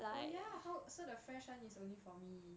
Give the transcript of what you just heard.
oh ya how so the fresh one is only for me